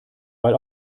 weil